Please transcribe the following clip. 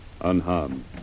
unharmed